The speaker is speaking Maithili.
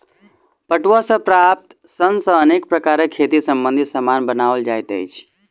पटुआ सॅ प्राप्त सन सॅ अनेक प्रकारक खेती संबंधी सामान बनओल जाइत अछि